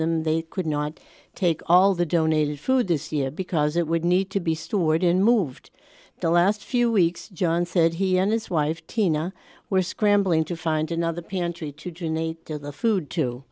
them they could not take all the donated food this year because it would need to be stored in moved the last few weeks john said he and his wife tina were scrambling to find another pantry to ginny get the food too